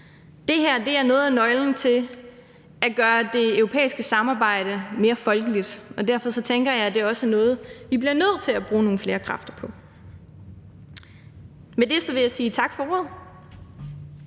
Det her er noget af nøglen til at gøre det europæiske samarbejde mere folkeligt. Derfor tænker jeg, at det også er noget, vi bliver nødt til at bruge nogle flere kræfter på. Med det vil jeg sige tak for ordet.